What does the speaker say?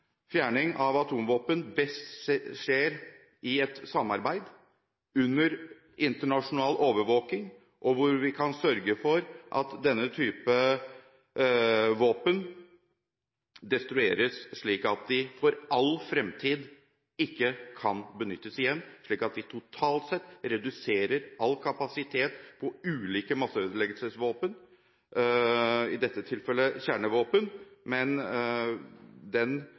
fjerning av atomvåpen best skjer i et samarbeid under internasjonal overvåking, og hvor vi kan sørge for at denne typen våpen destrueres, slik at de for all fremtid ikke kan benyttes igjen. Slik vil vi totalt sett redusere all kapasitet på ulike masseødeleggelsesvåpen – i dette tilfellet kjernevåpen – men den